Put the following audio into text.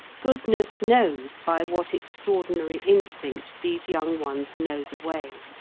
goodness knows by what extraordinary instinct these young ones know the way.